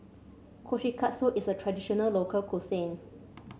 kushikatsu is a traditional local cuisine